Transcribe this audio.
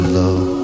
love